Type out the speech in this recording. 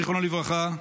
זיכרונו לברכה,